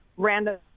random